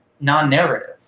non-narrative